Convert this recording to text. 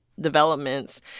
developments